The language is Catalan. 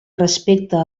respecte